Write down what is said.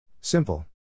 Simple